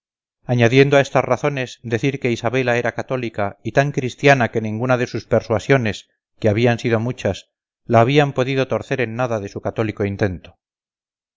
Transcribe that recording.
añadiendo a estas razones decir que isabela era cathólica y tan christiana que ninguna de sus persuasiones que habían sido muchas la habían podido torcer en nada de su cathólico intento